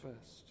first